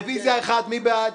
רביזיה 1, מי בעד?